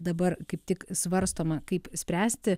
dabar kaip tik svarstoma kaip spręsti